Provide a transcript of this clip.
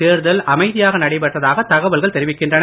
தேர்தல் அமைதியாக நடைபெற்றதாக தகவல்கள் தெரிவிக்கின்றன